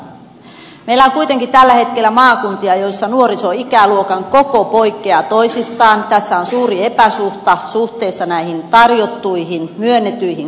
meillä on kuitenkin tällä hetkellä maakuntia joissa nuorisoikäluokan koko poikkeaa on suuri epäsuhta suhteessa näihin tarjottuihin myönnettyihin koulutuspaikkoihin